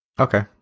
Okay